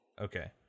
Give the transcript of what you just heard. Okay